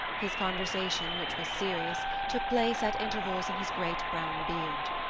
his conversation, which was serious, took place at intervals in his great brown beard.